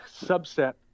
subset